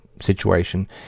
situation